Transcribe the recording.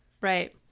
Right